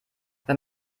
wenn